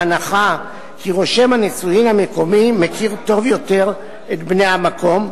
ההנחה כי רושם הנישואים המקומי מכיר טוב יותר את בני המקום,